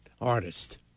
artist